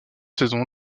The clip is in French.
saison